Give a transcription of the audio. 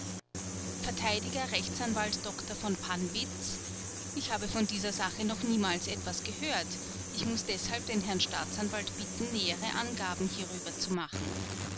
r a dr v pannwitz ich habe von dieser sache noch niemals etwas gehört ich muß deshalb den herrn staatsanwalt bitten nähere angaben hierüber zu machen